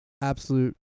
absolute